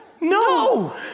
no